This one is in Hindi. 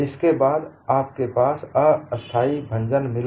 इसके बाद आपके पास अस्थाई भंजन मिला